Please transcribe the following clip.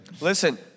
Listen